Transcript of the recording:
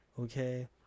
Okay